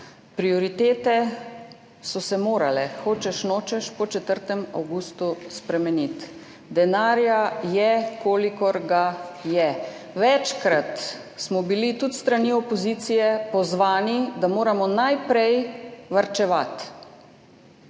prioritete so se morale, hočeš nočeš, po 4. avgustu spremeniti. Denarja je, kolikor ga je. Večkrat smo bili tudi s strani opozicije pozvani, da moramo najprej varčevati.